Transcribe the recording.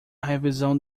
revisão